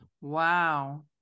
Wow